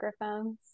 microphones